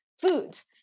foods